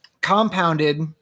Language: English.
compounded